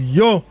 yo